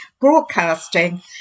broadcasting